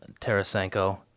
Tarasenko